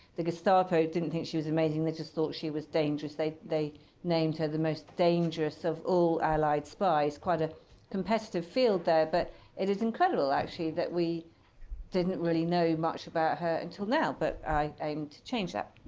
the gestapo didn't think she was amazing. they just thought she was dangerous. they they named her the most dangerous of all allied spies quite a competitive field there. but it is incredible, actually, that we didn't really know much about her until now. but i aim to change that.